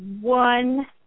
one